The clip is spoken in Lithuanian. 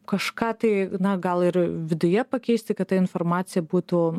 kažką tai na gal ir viduje pakeisti kad ta informacija būtų